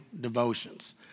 devotions